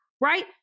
Right